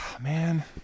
Man